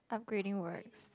upgrading works